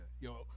Yo